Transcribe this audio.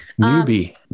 Newbie